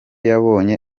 yabonye